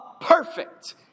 perfect